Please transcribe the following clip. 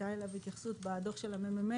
שהייתה אליו התייחסות בדוח של המ.מ.מ.